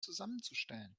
zusammenzustellen